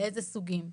לאיזה סוגים.